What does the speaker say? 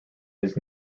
his